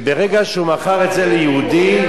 וברגע שהוא מכר את זה ליהודי,